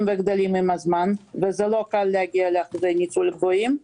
וגדלים עם הזמן ולא קל להגיע לאחוזי ניצול גבוהים.